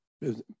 business